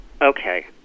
Okay